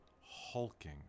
hulking